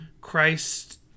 Christ